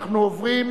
אנחנו עוברים